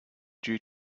due